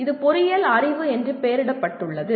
இது பொறியியல் அறிவு என்று பெயரிடப்பட்டுள்ளது